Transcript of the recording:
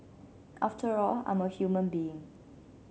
after all I'm a human being